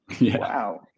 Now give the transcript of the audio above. Wow